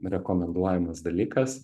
rekomenduojamas dalykas